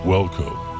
Welcome